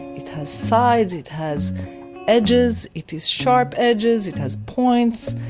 it has sides, it has edges, it has sharp edges, it has points.